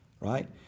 right